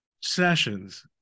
Sessions